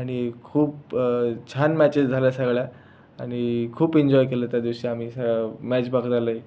आणि खूप छान मॅचेस झाल्या सगळ्या आणि खूप एन्जॉय केलं त्यादिवशी आम्ही ह्या मॅच बघण्यालाही